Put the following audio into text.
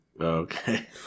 Okay